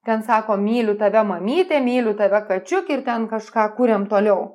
ten sakom myliu tave mamyte myliu tave kačiuk ir ten kažką kuriam toliau